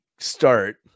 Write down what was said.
start